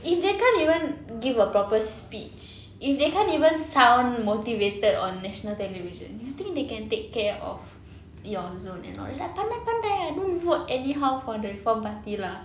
if they can't even give a proper speech if they can't even sound motivated on national television you think they can take care of your zone and all like pandai-pandai ah don't vote anyhow for the reform party lah